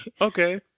Okay